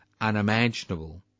unimaginable